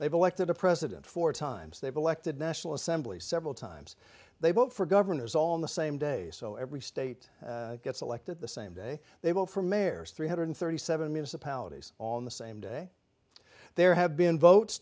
they've elected a president four times they've elected national assembly several times they vote for governors all in the same day so every state gets elected the same day they vote for mayors three hundred thirty seven municipalities on the same day there have been votes